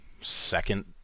second